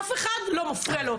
אף אחד לא מפריע לו.